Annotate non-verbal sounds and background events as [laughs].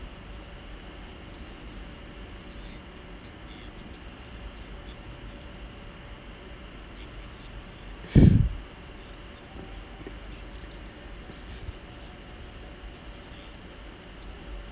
[laughs]